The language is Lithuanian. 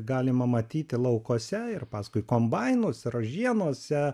galima matyti laukuose ir paskui kombainus ražienose